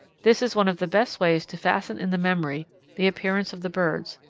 this is one of the best ways to fasten in the memory the appearance of the birds,